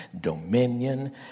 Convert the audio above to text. dominion